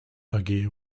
aguirre